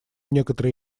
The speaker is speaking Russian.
некоторые